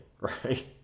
right